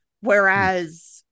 Whereas